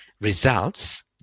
results